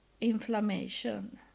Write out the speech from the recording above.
inflammation